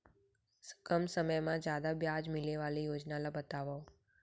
कम समय मा जादा ब्याज मिले वाले योजना ला बतावव